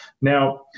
now